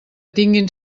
tinguin